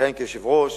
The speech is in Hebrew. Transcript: מכהן כיושב-ראש.